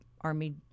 Army